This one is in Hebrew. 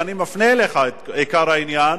ואני מפנה אליך את עיקר העניין,